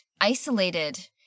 isolated